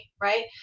Right